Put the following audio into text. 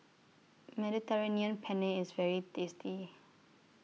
Mediterranean Penne IS very tasty